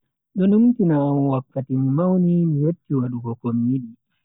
Do numtina am wakkati mi mauni mi yotti wadugo komi yidi.